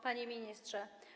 Panie Ministrze!